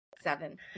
Seven